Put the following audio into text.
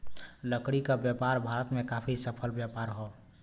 लकड़ी क व्यापार भारत में काफी सफल व्यापार हौ